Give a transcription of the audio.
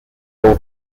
full